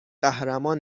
قهرمان